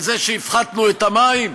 על זה שהפחתנו את מחירי המים?